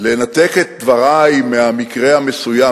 לנתק את דברי מהמקרה המסוים,